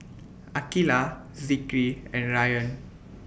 Aqilah Zikri and Ryan